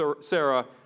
Sarah